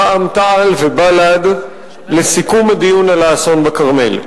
רע"ם-תע"ל ובל"ד לסיכום הדיון על האסון בכרמל: